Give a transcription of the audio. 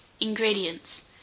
Ingredients